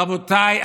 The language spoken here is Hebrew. רבותיי,